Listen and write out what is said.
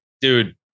Dude